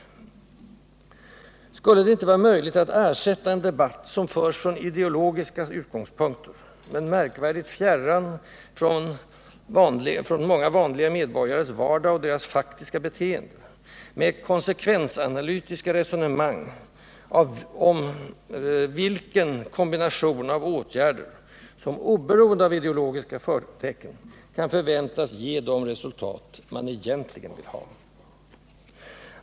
Skulle det inte vara möjligt att ersätta en debatt som förs från ideologiska utgångspunkter, märkvärdigt fjärran från många vanliga medborgares vardag och deras faktiska beteende, med konsekvensanalytiska resonemang om vilken kombination av åtgärder som — oberoende av ideologiska förtecken — kan förväntas ge de resultat man egentligen vill ha?